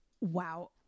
Wow